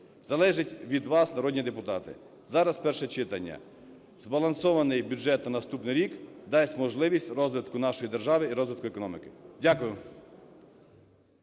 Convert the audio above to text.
Залежить від вас, народні депутати, зараз перше читання, збалансований бюджет на наступний рік дасть можливість розвитку нашої держави і розвитку економіки. Дякую.